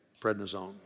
prednisone